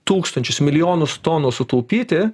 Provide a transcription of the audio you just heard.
tūkstančius milijonus tonų sutaupyti